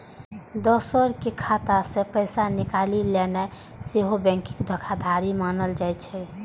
दोसरक खाता सं पैसा निकालि लेनाय सेहो बैंकिंग धोखाधड़ी मानल जाइ छै